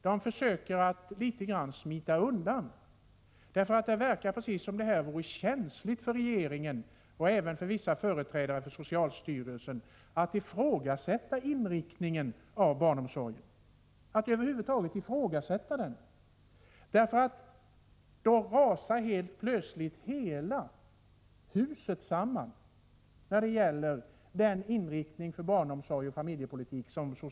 Det verkar som om bara det förhållandet att man över huvud taget ifrågasätter inriktningen av barnomsorgen vore känsligt för regeringen och även för vissa företrädare för socialstyrelsen. Då rasar helt plötsligt grunden för socialdemokratins barnomsorgsoch familjepolitik samman.